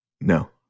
No